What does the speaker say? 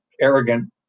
arrogant